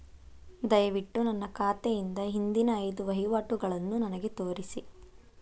ದಯವಿಟ್ಟು ನನ್ನ ಖಾತೆಯಿಂದ ಹಿಂದಿನ ಐದು ವಹಿವಾಟುಗಳನ್ನು ನನಗೆ ತೋರಿಸಿ